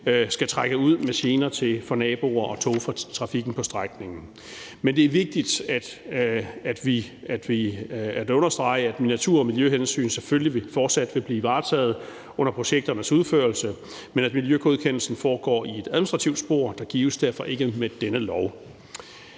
skal trække ud med gener for naboer og togtrafikken på strækningen. Men det er vigtigt at understrege, at natur- og miljøhensyn selvfølgelig fortsat vil blive varetaget under projekternes udførelse, men at miljøgodkendelsen foregår i et administrativt spor, der derfor ikke gives med denne lov.